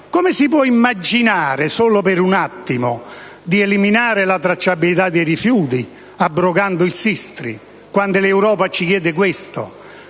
Come si può immaginare, anche solo per un attimo, di eliminare la tracciabilità dei rifiuti abrogando il SISTRI, quando l'Europa ce lo chiede?